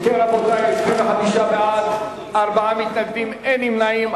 אם כן, רבותי, 25 בעד, ארבעה מתנגדים, אין נמנעים.